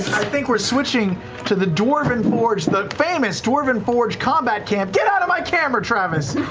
think we're switching to the dwarven forge, the famous dwarven forge combat cam. get out of my camera, travis!